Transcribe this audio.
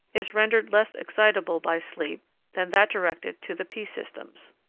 is rendered less excitable by sleep than that directed to the p-systems.